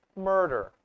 murder